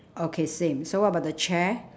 okay same so what about the chair